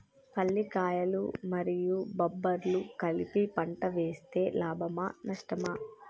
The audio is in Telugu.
పల్లికాయలు మరియు బబ్బర్లు కలిపి పంట వేస్తే లాభమా? నష్టమా?